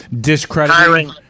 discrediting